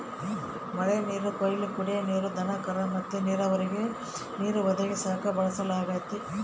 ಮಳೆನೀರು ಕೊಯ್ಲು ಕುಡೇ ನೀರು, ದನಕರ ಮತ್ತೆ ನೀರಾವರಿಗೆ ನೀರು ಒದಗಿಸಾಕ ಬಳಸಲಾಗತತೆ